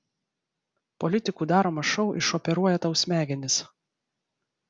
politikų daromas šou išoperuoja tau smegenis